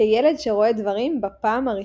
כילד שרואה דברים בפעם הראשונה.